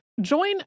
Join